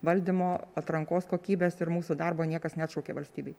valdymo atrankos kokybės ir mūsų darbo niekas neatšaukė valstybei